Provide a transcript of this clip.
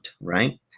right